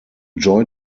joy